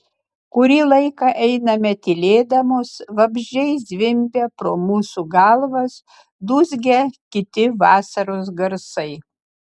kurį laiką einame tylėdamos vabzdžiai zvimbia pro mūsų galvas dūzgia kiti vasaros garsai